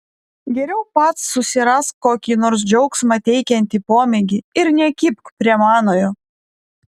geriau pats susirask kokį nors džiaugsmą teikiantį pomėgį ir nekibk prie manojo